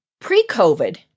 pre-COVID